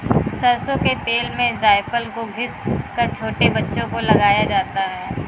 सरसों के तेल में जायफल को घिस कर छोटे बच्चों को लगाया जाता है